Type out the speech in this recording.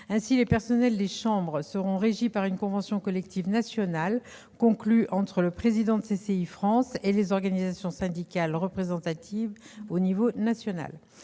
Ainsi, les personnels des chambres seront régis par une convention collective nationale conclue entre le président de CCI France et les organisations syndicales représentatives au niveau national.